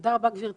תודה רבה, גברתי.